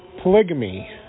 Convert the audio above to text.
polygamy